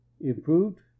Improved